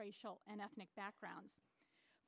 racial and ethnic backgrounds